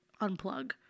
unplug